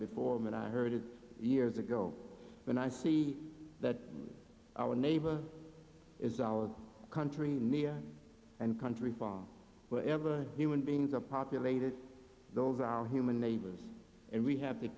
before and i heard it years ago when i see that our neighbor is our country mia and country from wherever human beings are populated those are human neighbors and we have to